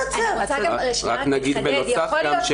רק נגיד בנוסף גם,